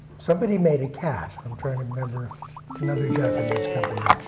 somebody made a cat i'm trying to remember another japanese company.